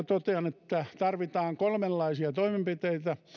totean että tarvitaan kolmenlaisia toimenpiteitä